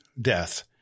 death